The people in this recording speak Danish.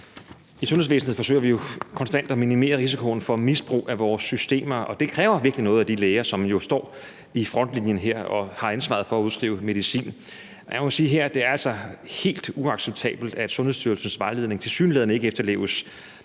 I sundhedsvæsenet forsøger vi jo konstant at minimere risikoen for misbrug af vores systemer, og det kræver virkelig noget af de læger, som jo her står i frontlinjen og har ansvaret for at udskrive medicin. Jeg må sige, at det altså er helt uacceptabelt, at Sundhedsstyrelsens vejledning tilsyneladende ikke efterleves,